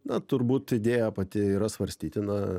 na turbūt idėja pati yra svarstytina